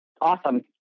awesome